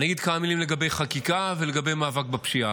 אני אגיד כמה מילים לגבי חקיקה ולגבי מאבק בפשיעה.